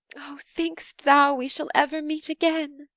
o, think'st thou we shall ever meet again?